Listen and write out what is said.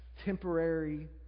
temporary